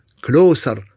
closer